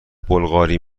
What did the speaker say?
بلغاری